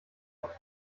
auf